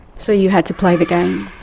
so you had to play the game.